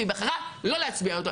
והוא בחר לא להצביע לו,